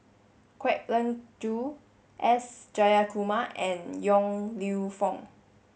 Kwek Leng Joo S Jayakumar and Yong Lew Foong